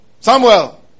Samuel